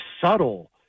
subtle